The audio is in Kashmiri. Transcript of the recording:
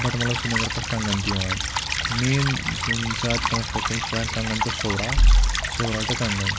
بَٹمَلو سرینَگر پٮ۪ٹھ کَنگَن تہِ یِوان مین یِم زیادٕ ٹرانَسپوٹ تم چھِ پکان Kangan to Soura Soura to Kangan